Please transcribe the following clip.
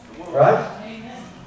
right